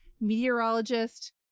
meteorologist